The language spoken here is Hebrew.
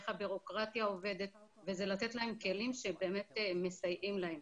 איך הבירוקרטיה עובדת וזה לתת להם כלים שבאמת מסייעים להם.